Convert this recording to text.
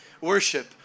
worship